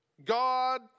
God